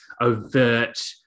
overt